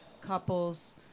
Couples